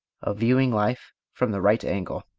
of viewing life from the right angle.